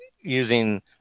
using